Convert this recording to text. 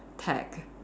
tag